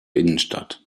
innenstadt